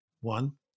one